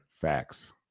Facts